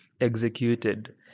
executed